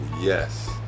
yes